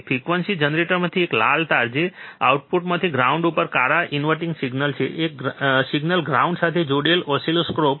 frequency જનરેટરમાંથી એક લાલ તાર જે આઉટપુટમાંથી ગ્રાઉન્ડ ઉપર કાળા ઇનવર્ટીંગ સિગ્નલ છે એક સિગ્નલ ગ્રાઉન્ડ સાથે જોડાયેલ ઓસિલોસ્કોપ ગ્રાઉન્ડ પર